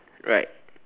right